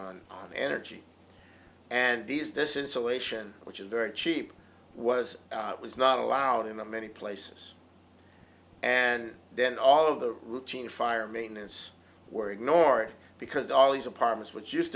on on energy and these this insulation which is very cheap was it was not allowed in a many places and then all of the routine fire maintenance were ignored because all these apartments which used